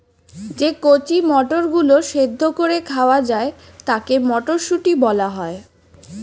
যে কচি মটরগুলো সেদ্ধ করে খাওয়া যায় তাকে মটরশুঁটি বলা হয়